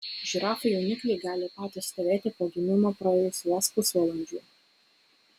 žirafų jaunikliai gali patys stovėti po gimimo praėjus vos pusvalandžiui